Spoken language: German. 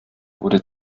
wurde